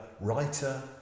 writer